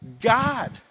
God